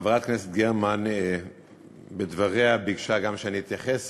חברת הכנסת גרמן בדבריה ביקשה גם שאני אתייחס